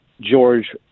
George